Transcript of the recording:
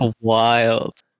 wild